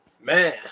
man